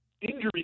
injury